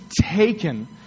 taken